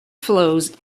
flows